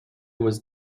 was